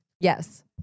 Yes